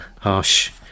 harsh